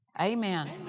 Amen